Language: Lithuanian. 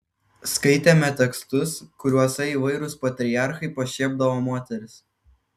skaitėme tekstus kuriuose įvairūs patriarchai pašiepdavo moteris